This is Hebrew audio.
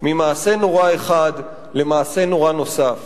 ממעשה נורא אחד למעשה נורא נוסף.